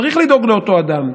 צריך לדאוג לאותו אדם,